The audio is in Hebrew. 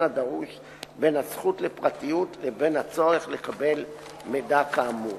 הדרוש בין הזכות לפרטיות לבין הצורך לקבל מידע כאמור.